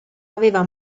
aveva